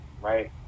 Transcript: right